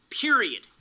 period